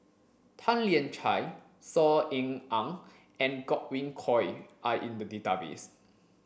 Tan Lian Chye Saw Ean Ang and Godwin Koay are in the database